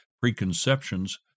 preconceptions